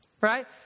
Right